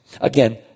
Again